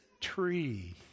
tree